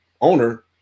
owner